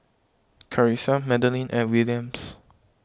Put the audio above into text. Karissa Madalyn and Williams